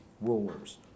rulers